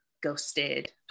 Ghosted